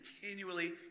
continually